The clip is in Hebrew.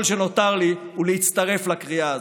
כל שנותר לי הוא להצטרף לקריאה הזאת.